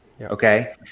okay